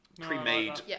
pre-made